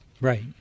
right